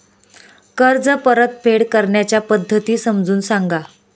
कर्ज परतफेड करण्याच्या पद्धती समजून सांगा